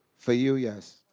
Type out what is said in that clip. for you, yes.